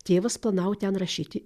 tėvas planavo ten rašyti